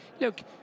look